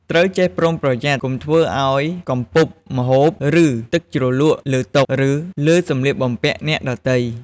ត្រូវចេះប្រុងប្រយ័ត្នកុំធ្វើឱ្យកំពប់ម្ហូប ឬទឹកជ្រលក់លើតុ ឬលើសម្លៀកបំពាក់អ្នកដទៃ។